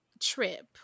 trip